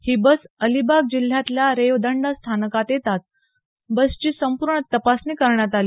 ही bus Alibag जिल्ह्यातल्या रेवदंडा स्थानकात येताच बसची संपूर्ण तपासणी करण्यात आली